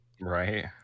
Right